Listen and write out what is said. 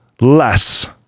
less